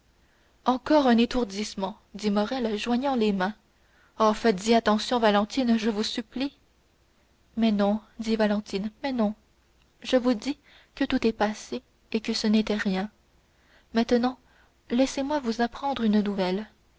encore un étourdissement dit morrel joignant les mains oh faites-y attention valentine je vous supplie mais non dit valentine mais non je vous dis que tout est passé et que ce n'était rien maintenant laissez-moi vous apprendre une nouvelle